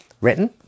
written